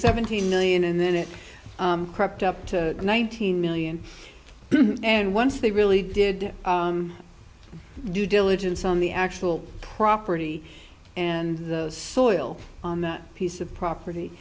seventeen million and then it crept up to nineteen million and once they really did due diligence on the actual property and the soil on that piece of property